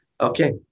okay